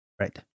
Right